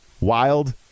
wild